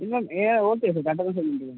இல்லை ஏ okay sir கட்ட